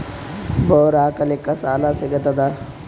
Bore ಹಾಕಲಿಕ್ಕ ಸಾಲ ಸಿಗತದ?